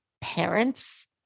parents